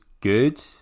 good